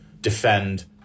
defend